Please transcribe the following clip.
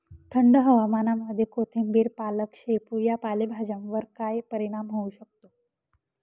थंड हवामानामध्ये कोथिंबिर, पालक, शेपू या पालेभाज्यांवर काय परिणाम होऊ शकतो?